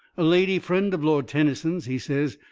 a lady friend of lord tennyson's, he says,